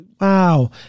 wow